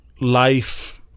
life